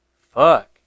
Fuck